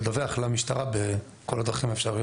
ההשמדה"